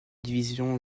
division